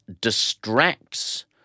distracts